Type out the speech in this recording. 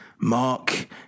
Mark